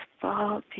fall